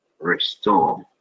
restore